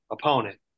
opponent